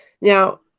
Now